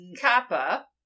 Kappa